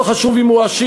לא חשוב אם הוא עשיר,